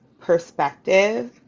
perspective